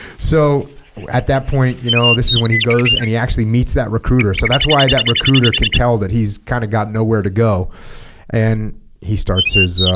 so at that point you know this is when he goes and he actually meets that recruiter so that's why that recruiter can tell that he's kind of got nowhere to go and he starts his